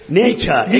nature